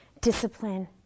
discipline